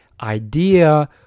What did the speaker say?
idea